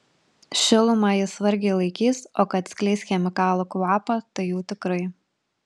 šilumą jis vargiai laikys o kad skleis chemikalų kvapą tai jau tikrai